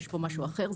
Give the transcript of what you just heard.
יש פה משהו אחר,